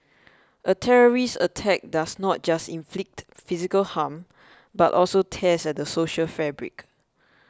a terrorist attack does not just inflict physical harm but also tears at the social fabric